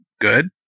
good